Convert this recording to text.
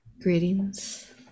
greetings